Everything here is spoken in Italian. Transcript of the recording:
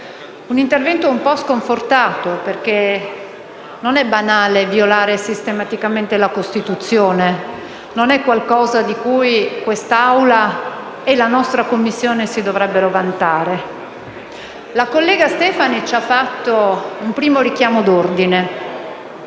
un intervento un po' sconfortato, perché non è banale violare sistematicamente la Costituzione, non è qualcosa di cui quest'Assemblea e la nostra Commissione si dovrebbero vantare. La collega Stefani ci ha fatto un primo richiamo d'ordine.